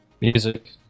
Music